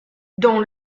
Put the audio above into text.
dans